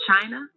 China